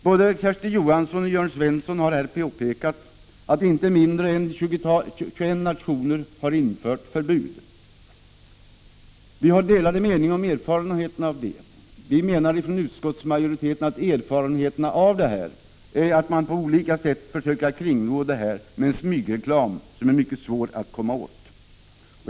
Både Kersti Johansson och Jörn Svensson har här påpekat att inte mindre än 21 nationer har infört förbud. Vi har delade meningar om erfarenheterna av det. Utskottsmajoriteten menar att erfarenheterna visar att man på olika sätt försöker kringgå ett reklamförbud med en smygreklam, som är mycket svår att komma åt.